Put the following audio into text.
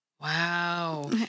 Wow